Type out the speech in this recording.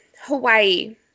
Hawaii